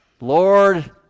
Lord